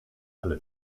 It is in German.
alle